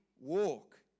walk